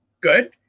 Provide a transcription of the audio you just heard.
good